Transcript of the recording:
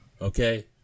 Okay